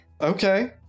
okay